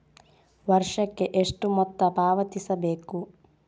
ವರ್ಷಕ್ಕೆ ಎಷ್ಟು ಮೊತ್ತ ಪಾವತಿಸಬೇಕು?